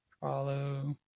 follow